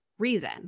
Reason